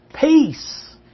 peace